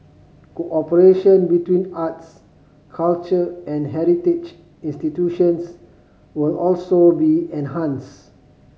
cooperation between arts culture and heritage institutions will also be enhanced